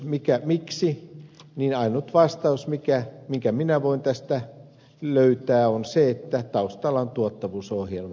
kysymykseen miksi ainut vastaus minkä minä voin tästä löytää on se että taustalla on tuottavuusohjelma